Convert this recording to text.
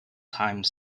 times